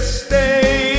stay